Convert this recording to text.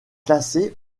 classé